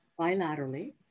bilaterally